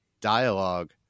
dialogue